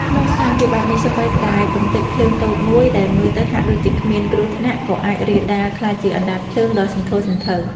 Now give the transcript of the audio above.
ក្នុងស្ថានភាពបែបនេះ សូម្បីតែកម្ទេចភ្លើងតូចមួយដែលមើលទៅហាក់ដូចជាគ្មានគ្រោះថ្នាក់ ក៏អាចរាលដាលក្លាយជាអណ្ដាតភ្លើងដ៏សន្ធោសន្ធៅ។